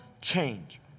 change